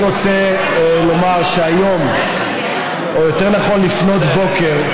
אני רוצה לומר שהיום, או יותר נכון, לפנות בוקר,